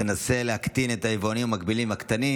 שתנסה להקטין את היבואנים המקבילים הקטנים